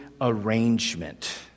arrangement